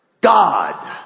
God